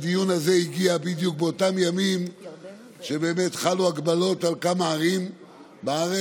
הדיון הזה הגיע בדיוק באותם ימים שבאמת חלו הגבלות על כמה ערים בארץ,